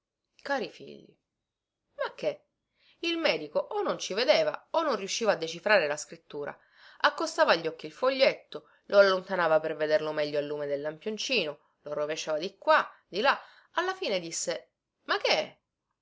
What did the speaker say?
cari figli ma che il medico o non ci vedeva o non riusciva a decifrare la scrittura accostava agli occhi il foglietto lo allontanava per vederlo meglio al lume del lampioncino lo rovesciava di qua di là alla fine disse ma che